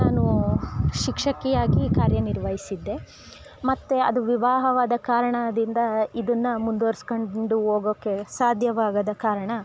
ನಾನು ಶಿಕ್ಷಕಿ ಆಗಿ ಕಾರ್ಯ ನಿರ್ವಹಿಸಿದ್ದೆ ಮತ್ತೆ ಅದು ವಿವಾಹವಾದ ಕಾರಣದಿಂದ ಇದನ್ನು ಮುಂದ್ವರಿಸ್ಕೊಂಡು ಹೋಗೋಕ್ಕೆ ಸಾಧ್ಯವಾಗದ ಕಾರಣ